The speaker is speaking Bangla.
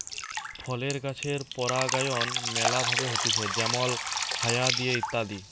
ফলের গাছের পরাগায়ন ম্যালা ভাবে হতিছে যেমল হায়া দিয়ে ইত্যাদি